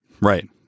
Right